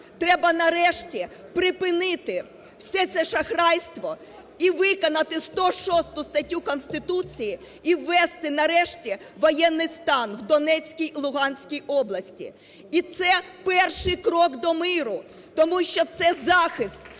Треба нарешті припинити все це шахрайство і виконати 106 статтю Конституції і ввести нарешті воєнний стан в Донецькій, Луганській області. І це перший крок до миру, тому що це захист